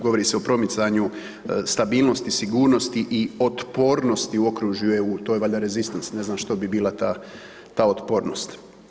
Govori se o promicanju stabilnosti, sigurnosti i otpornosti u okružju EU, to je valjda rezistens, ne znam što bi bila ta otpornost.